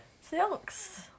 Silks